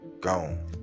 gone